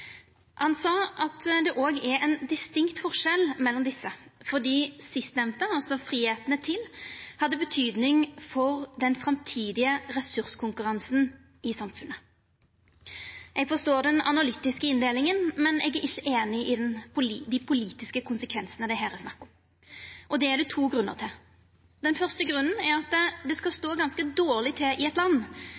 Han sa at det òg er ein distinkt forskjell mellom desse, fordi sistnemnde – altså «fridomane til» – har betyding for den framtidige ressurskonkurransen i samfunnet. Eg forstår den analytiske inndelinga, men eg er ikkje einig i dei politiske konsekvensane det her er snakk om. Det er det to grunnar til. Den første grunnen er at det skal stå ganske dårleg til i eit land